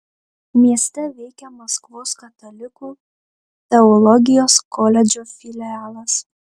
mieste veikia maskvos katalikų teologijos koledžo filialas